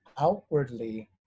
outwardly